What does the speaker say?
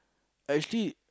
I actually